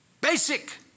basic